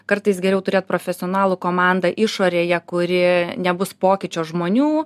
kartais geriau turėt profesionalų komandą išorėje kuri nebus pokyčio žmonių